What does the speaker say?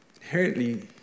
inherently